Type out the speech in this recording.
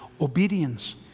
obedience